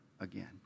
again